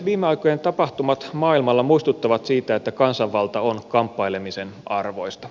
viime aikojen tapahtumat maailmalla muistuttavat siitä että kansanvalta on kamppailemisen arvoista